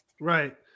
Right